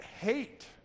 hate